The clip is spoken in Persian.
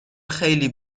خیلی